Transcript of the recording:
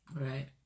Right